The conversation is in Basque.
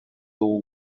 dugu